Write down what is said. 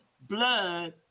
blood